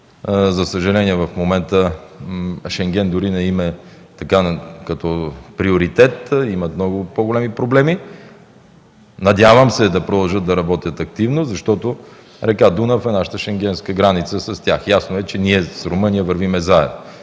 за съжаление, в момента Шенген не им е като приоритет, имат много по-големи проблеми. Надявам се да продължат да работят активно, защото река Дунав е нашата Шенгенска граница с тях. Ясно е, че ние с Румъния вървим заедно.